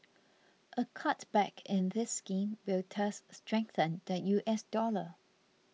a cutback in this scheme will thus strengthen the US dollar